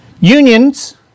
unions